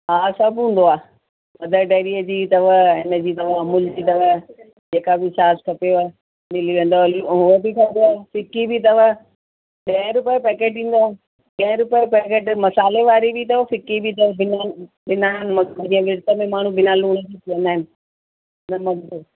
हा सभु हूंदो आहे मदर डेरी जी अथव इनजी अथव अमूल जी अथव जेका बि छाछ खपेव मिली वेंदव हली उहो बि अथव फ़िक्की बि अथव ॾहे रुपए पैकेट ईंदो आहे ॾहे रुपए पैकेट मसाले वारी बि अथव फ़िक्की बि अथव बिना बिना नमक जीअं विर्तु में माण्हू बिना लूण जी पीअंदा आहिनि नमक जे